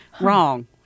wrong